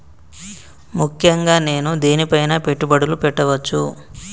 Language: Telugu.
ముఖ్యంగా నేను దేని పైనా పెట్టుబడులు పెట్టవచ్చు?